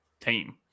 team